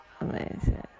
amazing